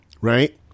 right